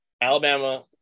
Alabama